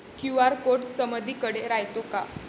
QR code समदीकडे रायतो का?